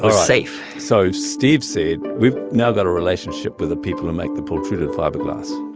ah safe? so steve said we've now got a relationship with the people who make the pole treated fiberglass.